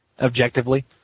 Objectively